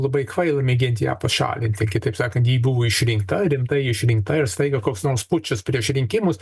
labai kvaila mėginti ją pašalinti kitaip sakan ji buvo išrinkta rimtai išrinkta ir staiga koks nors pučas prieš rinkimus